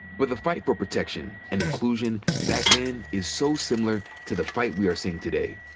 but the fight for protection and inclusion back then is so similar to the fight we are seeing today.